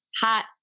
hot